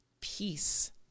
peace